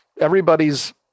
everybody's